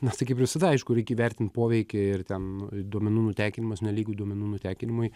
na tai kaip ir visada aišku reikia įvertint poveikį ir ten duomenų nutekinimas nelygų duomenų nutekinimui